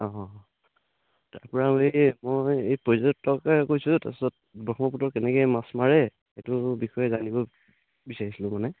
অঁ তাৰ পৰা মই এই পৰ্যটকে কৈছোঁ তাৰপিছত ব্ৰহ্মপুত কেনেকৈ মাছ মাৰে সেইটো বিষয়ে জানিব বিচাৰিছিলোঁ মানে